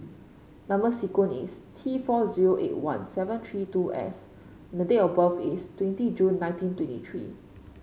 number sequence is T four zero eight one seven three two S and date of birth is twenty June nineteen twenty three